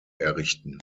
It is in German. errichten